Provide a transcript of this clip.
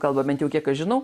kalba bent jau kiek aš žinau